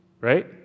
right